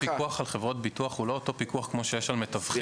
הפיקוח על חברות הביטוח הוא לא אותו פיקוח כמו שיש על מתווכים.